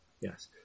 Yes